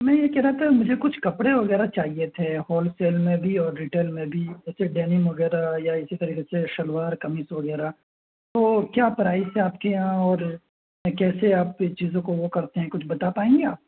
میں یہ کہہ رہا تھا مجھے کچھ کپڑے وغیرہ چاہیے تھے ہولسیل میں بھی اور ریٹیل میں بھی جیسے ڈینم وغیرہ یا اسی طریقے سے شلوار قمیص وغیرہ تو کیا پرائز ہے آپ کے یہاں اور کیسے آپ اس چیزوں کو وہ کرتے ہیں کچھ بتا پائیں گے آپ